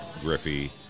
Griffey